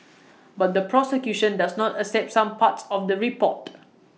but the prosecution does not accept some parts of the report